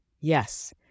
yes